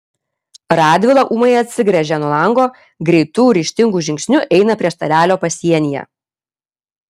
radvila ūmai atsigręžia nuo lango greitu ryžtingu žingsniu eina prie stalelio pasienyje